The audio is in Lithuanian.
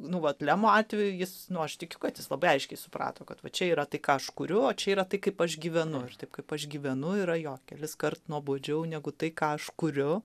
nu vat lemo atveju jis nu aš tikiu kad jis labai aiškiai suprato kad va čia yra tai ką aš kuriu o čia yra tai kaip aš gyvenu taip kaip aš gyvenu yra jo keliskart nuobodžiau negu tai ką aš kuriu